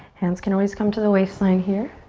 hands can always come to the waistline here.